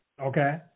Okay